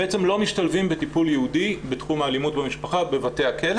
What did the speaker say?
בעצם לא משתלבים בטיפול ייעודי בתחום האלימות במשפחה בבתי הכלא